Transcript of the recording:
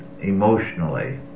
emotionally